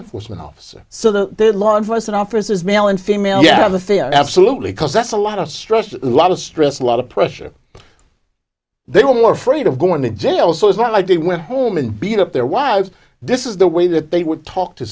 enforcement officer so the law enforcement officers male and female have the fear absolutely cause that's a lot of stress a lot of stress a lot of pressure they were more afraid of going to jail so it's not like they went home and beat up their wives this is the way that they would talk to